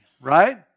right